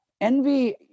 Envy